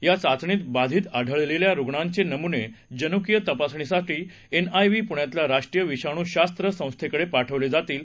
या चाचणीत बाधित आढळलेल्या रुग्णांचे नमुने जनुकीय तपासणीसाठी एन आय व्ही प्ण्यातल्या राष्ट्रीय विषाणू शास्त्र संस्थेकडे पाठवले जातील